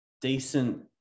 decent